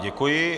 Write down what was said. Děkuji.